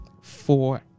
Four